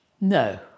No